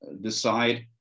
decide